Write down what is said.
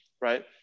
right